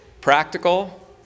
practical